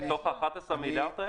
בתוך ה-11 מיליארד?